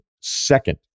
second